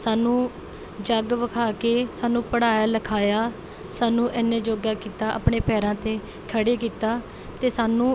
ਸਾਨੂੰ ਜੱਗ ਵਿਖਾ ਕੇ ਸਾਨੂੰ ਪੜਾਇਆ ਲਿਖਾਇਆ ਸਾਨੂੰ ਇੰਨੇ ਜੋਗਾ ਕੀਤਾ ਆਪਣੇ ਪੈਰਾਂ 'ਤੇ ਖੜ੍ਹੇ ਕੀਤਾ ਅਤੇ ਸਾਨੂੰ